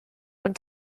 ond